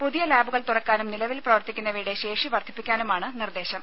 പുതിയ ലാബുകൾ തുറക്കാനും നിലവിൽ പ്രവർത്തിക്കുന്നവയുടെ ശേഷി വർദ്ധിപ്പിക്കാനുമാണ് നിർദ്ദേശം